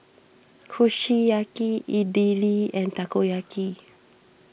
Kushiyaki Idili and Takoyaki